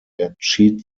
entschied